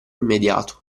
immediato